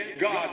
God